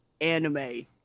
anime